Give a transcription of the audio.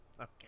Okay